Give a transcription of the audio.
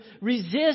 resist